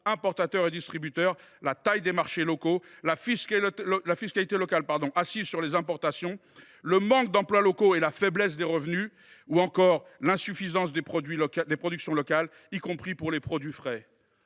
importateurs et distributeurs ; la taille des marchés locaux ; la fiscalité locale assise sur les importations ; le manque d’emplois locaux et la faiblesse des revenus ; ou encore l’insuffisance des productions locales, y compris pour les produits frais.